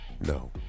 No